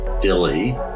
Dilly